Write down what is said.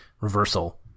reversal